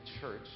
church